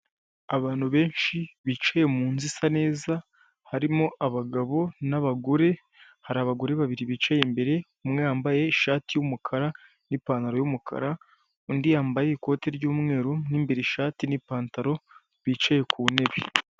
Abagore bane batatu muri bo bambaye amakanzu undi umwe yambaye ikositimu y'abagore bifotoreje hagati y'amadarako abiri rimwe ririmo ikirango cy'igihugu irindi rifite amabara yubahiriza igihugu ubururu, umuhondo, icyatsi ririmo n'izuba n'ifoto y'umukuru w'igihugu cy'u Rwanda perezida Paul Kagame.